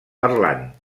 parlant